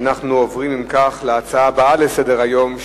אנחנו עוברים להצעות הבאות לסדר-היום,